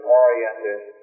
oriented